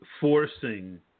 forcing